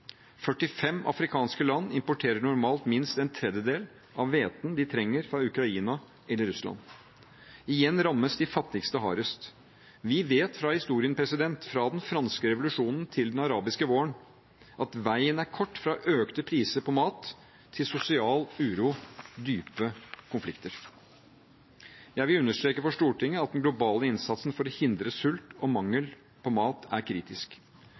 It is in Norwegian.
45 afrikanske land importerer normalt minst en tredjedel av hveten de trenger, fra Ukraina eller Russland. Igjen rammes de fattigste hardest. Vi vet fra historien, fra den franske revolusjonen til den arabiske våren, at veien er kort fra økte priser på mat til sosial uro og dype konflikter. Jeg vil understreke for Stortinget at den globale innsatsen for å hindre sult og mangel på mat er kritisk.